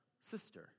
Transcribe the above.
sister